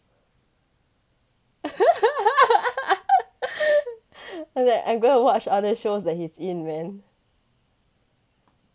after that I gonna watch other shows that he's in man